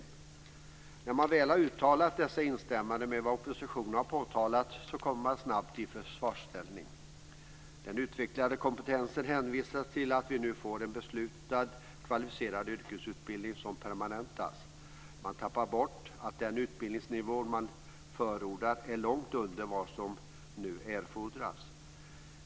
Men när man väl har uttalat dessa instämmanden i vad oppositionen har påtalat så kommer man snabbt i försvarsställning. När det gäller den utvecklade kompetensen hänvisar man till att vi nu har fått beslut om en kvalificerad yrkesutbildning som permanentas. Man tappar bort det faktum att den utbildningsnivå man förordar är långt under vad som nu erfordras.